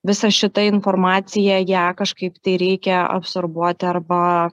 visa šita informacija ją kažkaip tai reikia absorbuoti arba